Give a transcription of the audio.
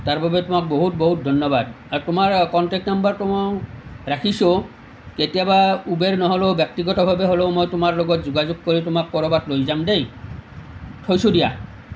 তাৰ বাবে তোমাক বহুত বহুত ধন্যবাদ আৰু তোমাৰ কণ্টেক নাম্বাৰটো মই ৰাখিছোঁ কেতিয়াবা উবেৰ নহ'লেও ব্যক্তিগতভাবে হ'লেও মই তোমাৰ লগত যোগাযোগ কৰি তোমাক ক'ৰবাত লৈ যাম দেই থৈছোঁ দিয়া